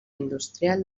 industrial